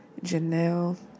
Janelle